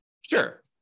Sure